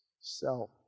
self